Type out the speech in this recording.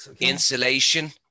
insulation